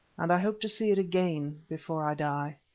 and i hope to see it again before i die.